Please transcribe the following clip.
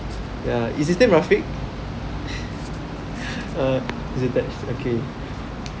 ya is his name rafik uh he's attached okay